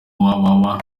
www